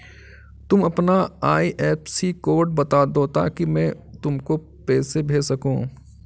तुम अपना IFSC code बता दो ताकि मैं तुमको पैसे भेज सकूँ